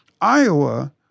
Iowa